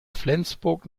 flensburg